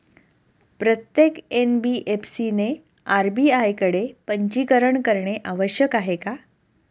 प्रत्येक एन.बी.एफ.सी ने आर.बी.आय कडे पंजीकरण करणे आवश्यक आहे का?